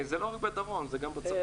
זה לא רק בדרום, זה גם בצפון.